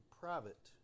private